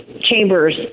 chambers